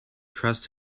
trust